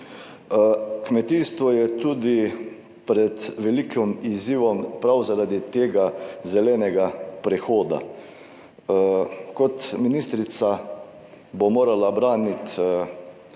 kmetijstvo je tudi pred velikim izzivom prav zaradi tega zelenega prehoda. Kot ministrica bo morala braniti